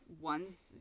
ones